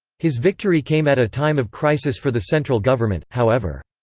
his victory came at a time of crisis for the central government, however.